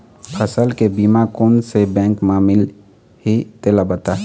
फसल के बीमा कोन से बैंक म मिलही तेला बता?